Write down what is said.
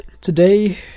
today